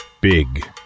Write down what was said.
Big